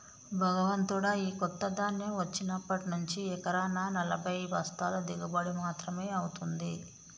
భగవంతుడా, ఈ కొత్త ధాన్యం వచ్చినప్పటి నుంచి ఎకరానా నలభై బస్తాల దిగుబడి మాత్రమే అవుతుంది